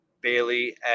Bailey